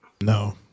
No